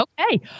Okay